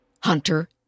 Hunter